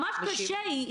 ממש קשה,